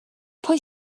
pwy